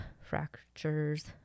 fractures